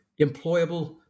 employable